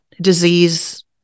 disease